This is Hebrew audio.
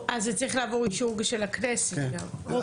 זה צריך לעבור אישור של הכנסת גם.